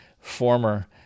former